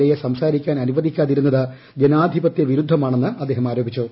എയെ സംസാരിക്കാൻ അനുവദിക്കാതിരുന്നത് ജനാധിപത്യവിരുദ്ധമാണെന്ന് അദ്ദേഹം ആരോപിച്ചു